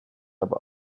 aber